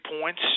points